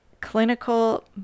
clinical